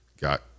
got